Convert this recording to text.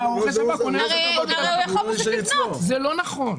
זה לא נכון,